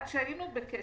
כשעוד היינו בקשר,